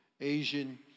Asian